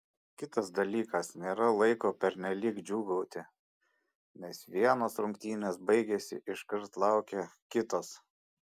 kitas dalykas nėra laiko pernelyg džiūgauti nes vienos rungtynės baigėsi iškart laukia kitos